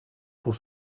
pour